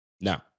Now